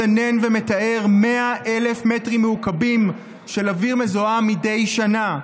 מסנן ומטהר 100,000 מ"ק של אוויר מזוהם מדי שנה.